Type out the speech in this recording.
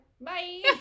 Bye